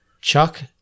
Chuck